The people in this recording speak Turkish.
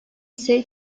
ise